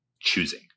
choosing